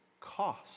cost